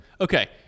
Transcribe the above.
Okay